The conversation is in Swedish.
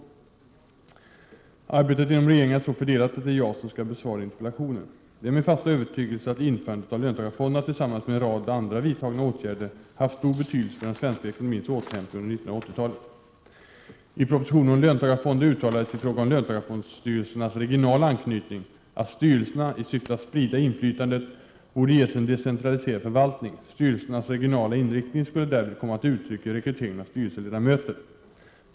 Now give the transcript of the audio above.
betydelse för näringslivet i Norrlandslänen Arbetet inom regeringen är så fördelat att det är jag som skall besvara interpellationen. Det är min fasta övertygelse att införandet av löntagarfonderna tillsammans med en rad andra vidtagna åtgärder haft stor betydelse för den svenska ekonomins återhämtning under 1980-talet. I proposition 1983/84:50 om löntagarfonder uttalades i fråga om löntagarfondstyrelsernas regionala anknytning att styrelserna, i syfte att sprida inflytandet, borde ges en decentraliserad förvaltning. Styrelsernas regionala inriktning skulle därvid komma till uttryck i rekryteringen av styrelseledamöter.